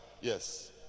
yes